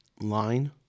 line